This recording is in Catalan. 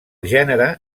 gènere